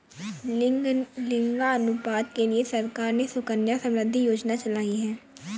लिंगानुपात के लिए सरकार ने सुकन्या समृद्धि योजना चलाई है